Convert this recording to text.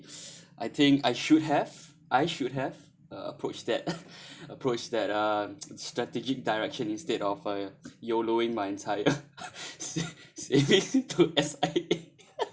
I think I should have I should have approached that approach that uh strategic direction instead of uh YOLOing my entire saving to S_I_A